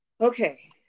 Okay